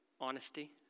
honesty